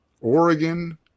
Oregon